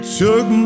took